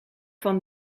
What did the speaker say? van